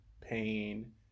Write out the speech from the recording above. pain